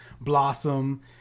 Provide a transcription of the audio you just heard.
Blossom